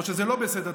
או שזה לא בסדר,